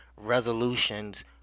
resolutions